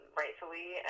rightfully